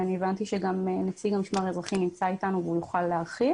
הבנתי שגם נציג המשמר האזרחי נמצא איתנו והוא יוכל להרחיב